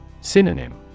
Synonym